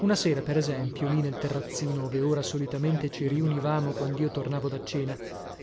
una sera per esempio lì nel terrazzino ove ora solitamente ci riunivamo quandio tornavo da cena